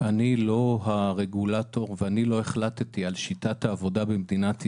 אני לא הרגולטור ואני לא החלטתי על שיטת העבודה במדינת ישראל,